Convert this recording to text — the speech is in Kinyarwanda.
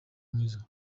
mwiza